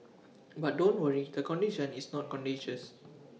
but don't worry the condition is not contagious